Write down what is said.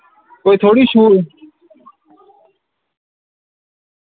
कोई थोह्ड़ी शू